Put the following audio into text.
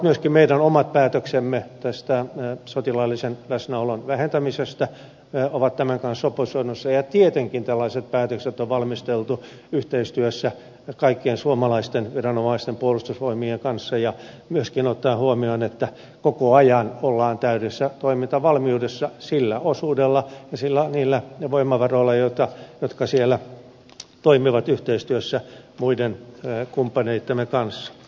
myöskin meidän omat päätöksemme sotilaallisen läsnäolon vähentämisestä ovat tämän kanssa sopusoinnussa ja tietenkin tällaiset päätökset on valmisteltu yhteistyössä kaikkien suomalaisten viranomaisten puolustusvoimien kanssa ja myöskin ottaen huomioon että koko ajan ollaan täydessä toimintavalmiudessa sillä osuudella ja niillä voimavaroilla jotka siellä toimivat yhteistyössä muiden kumppaneittemme kanssa